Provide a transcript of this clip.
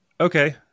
okay